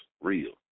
real